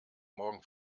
morgen